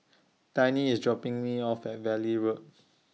Tiny IS dropping Me off At Valley Road